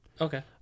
Okay